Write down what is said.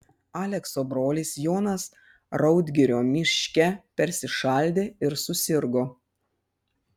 alekso brolis jonas raudgirio miške persišaldė ir susirgo